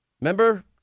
remember